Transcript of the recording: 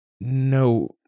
No